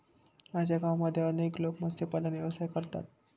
माझ्या गावामध्ये अनेक लोक मत्स्यपालन व्यवसाय करतात